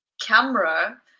camera